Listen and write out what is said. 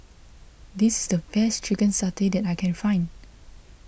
this is the best Chicken Satay that I can find